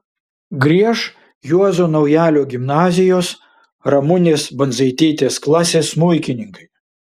grieš juozo naujalio gimnazijos ramunės bandzaitytės klasės smuikininkai